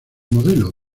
modelo